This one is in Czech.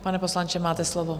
Pane poslanče, máte slovo.